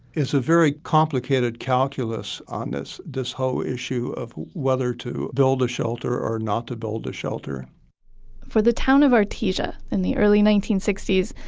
it's a very complicated calculus on this, this whole issue of whether to build a shelter or not to build a shelter for the town of artesia in the early nineteen sixty s,